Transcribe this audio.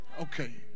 okay